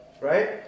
right